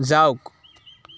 যাওক